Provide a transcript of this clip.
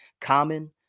Common